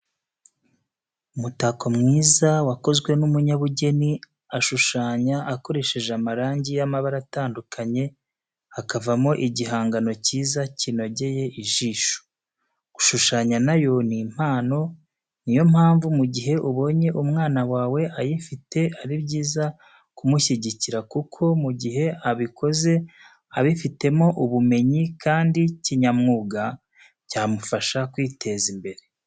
Umutako mwiza wakozwe n'umunyabugeni ashushanya akoresheje amarangi y'amabara atandukanye hakavamo igihangano cyiza kinogeye ijisho. Gushushanya na yo ni impano, ni yo mpamvu mu gihe ubonye unwana wawe ayifite ari byiza kumushyigikira kuko mu gihe abikoze abifitemo ubumenyi kandi kinyamwuga byamufasha kwiteza imbere.